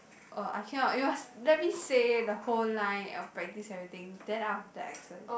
oh I cannot it was let me say the whole line of practice everything then I have the accent